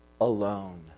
alone